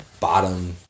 bottom